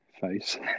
face